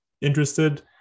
interested